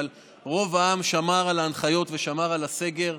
אבל רוב העם שמר על ההנחיות ושמר על הסגר,